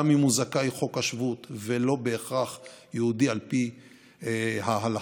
גם אם הוא זכאי חוק השבות ולא בהכרח יהודי על פי ההלכה,